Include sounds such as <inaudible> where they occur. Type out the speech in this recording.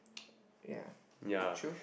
<noise> yeah true